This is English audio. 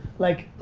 like,